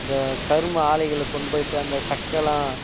இந்த கரும்பு ஆலைகளை கொண்டு போயிட்டு அந்த சக்கைலாம்